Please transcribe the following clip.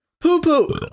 Poo-poo